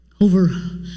Over